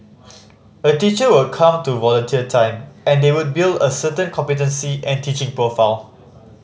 a teacher would come to volunteer time and they build a certain competency and teaching profile